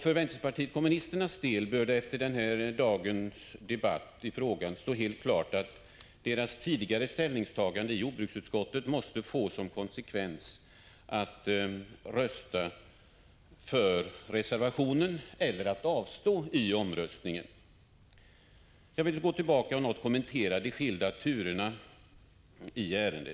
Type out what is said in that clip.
För vänsterpartiet kommunisternas del bör det efter dagens debatt i frågan stå helt klart att deras tidigare ställningstagande i jordbruksutskottet måste få som konsekvens att de röstar för reservationen eller att de avstår från att delta i omröstningen. Jag vill härefter gå tillbaka och något kommentera de skilda turerna i ärendet.